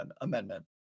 amendment